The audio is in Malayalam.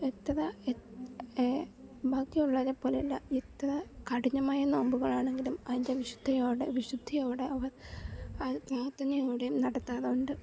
എത്ര ബാക്കിയുള്ളവരെ പോലെയല്ല എത്ര കഠിനമായ നോമ്പുകളാണെങ്കിലും അതിൻ്റെ വിശുദ്ധിയോടെ വിശുദ്ധിയോടെ അവർ അത് പ്രാർത്ഥനയോടെയും നടത്താറുണ്ട്